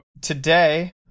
today